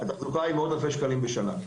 התחזוקה עולה מאות אלפי שקלים בשנה.